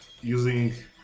using